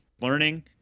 learning